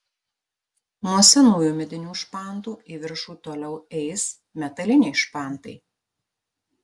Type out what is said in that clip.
nuo senųjų medinių špantų į viršų toliau eis metaliniai špantai